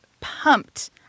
pumped